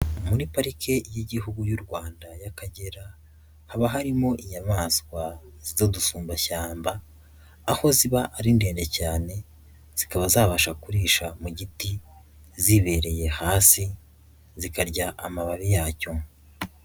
Muri parike y'igihugu y'u Rwanda y'Akagera haba harimo inyamaswa z'udusumbashyamba, aho ziba ari ndende cyane zikaba zabasha kurisha mu giti zibereye hasi, zikarya amababi yacyo.